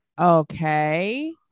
okay